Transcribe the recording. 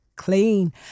clean